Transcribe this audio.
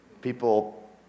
People